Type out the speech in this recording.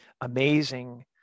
amazing